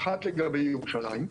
אחת לגבי ירושלים,